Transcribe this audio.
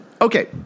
Okay